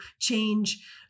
change